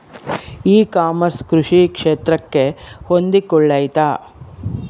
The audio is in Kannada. ಇ ಕಾಮರ್ಸ್ ಕೃಷಿ ಕ್ಷೇತ್ರಕ್ಕೆ ಹೊಂದಿಕೊಳ್ತೈತಾ?